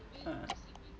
uh